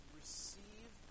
receive